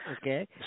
Okay